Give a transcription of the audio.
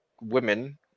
women